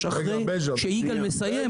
אחרי שיגאל יסיים,